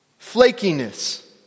Flakiness